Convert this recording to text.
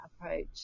approach